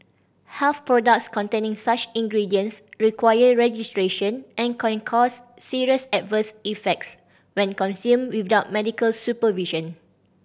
health products containing such ingredients require registration and can cause serious adverse effects when consumed without medical supervision